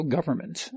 Government